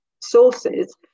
sources